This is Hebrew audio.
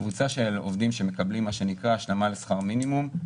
קבוצה של עובדים שמקבלים מה שנקרא השלמה לשכר מינימום,